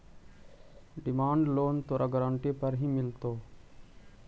demand loan तोरा guarantee पर ही मिलतो